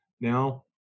now